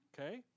okay